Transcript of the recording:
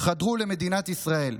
חדרו למדינת ישראל.